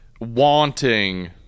wanting